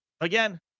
again